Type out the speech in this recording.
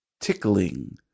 tickling